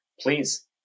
please